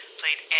played